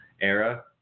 era